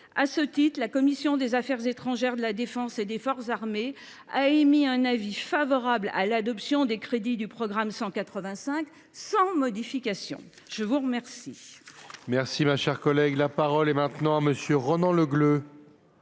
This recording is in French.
! Ainsi, la commission des affaires étrangères, de la défense et des forces armées a émis un avis favorable à l’adoption des crédits du programme 185, sans modification. La parole